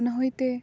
ᱚᱱᱟ ᱦᱩᱭ ᱛᱮ